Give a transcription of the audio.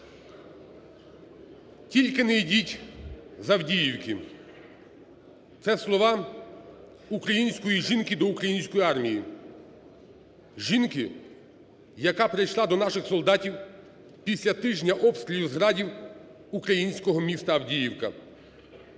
"Тільки не йдіть з Авдіївки" – це слова української жінки до української армії; жінки, яка прийшла до наших солдатів після тижня обстрілів з "Градів" українського міста Авдіївка.